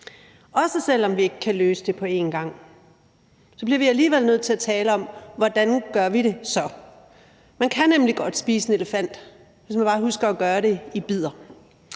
og selv om vi ikke kan løse det på en gang, bliver vi alligevel nødt til at tale om, hvordan vi så gør det. Man kan nemlig godt spise en elefant, hvis man bare husker at gøre det i bidder.